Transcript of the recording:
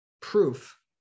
proof